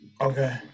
Okay